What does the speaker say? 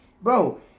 bro